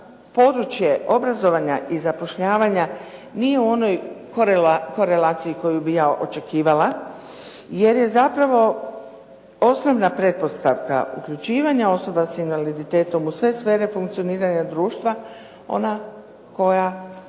područje obrazovanja i zapošljavanja nije u onoj korelaciji koju bi ja očekivala jer je zapravo osnovna pretpostavka uključivanja osoba s invaliditetom u sve sfere funkcioniranja društva ona koja